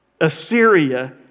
Assyria